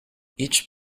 each